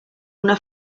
una